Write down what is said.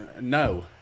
No